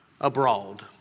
abroad